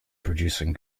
producing